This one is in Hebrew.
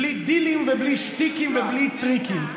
בלי דילים ובלי שטיקים ובלי טריקים.